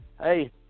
Hey